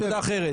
אחרת.